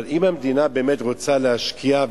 אבל אם המדינה באמת רוצה להשקיע,